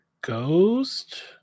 Ghost